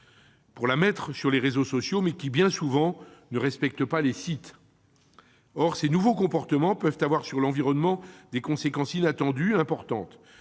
-pour la mettre sur les réseaux sociaux, mais qui, bien souvent, ne respectent pas les sites. Or ces nouveaux comportements peuvent avoir, sur l'environnement, des conséquences inattendues et importantes